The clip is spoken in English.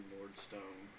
Lordstone